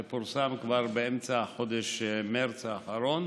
זה פורסם כבר באמצע חודש מרס האחרון,